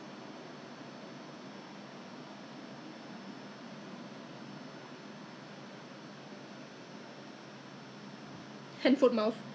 then he get he just pass me that medicine so I applied on my toes so I thought my hands is the same thing so I applied on my hand !wah! it became so dry after that I realise my hand is different story